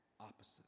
opposite